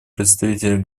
представителя